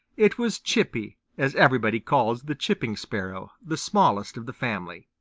it was chippy, as everybody calls the chipping sparrow, the smallest of the family.